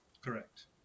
correct